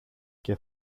και